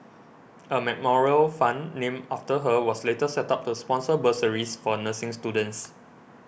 a memorial fund named after her was later set up to sponsor bursaries for nursing students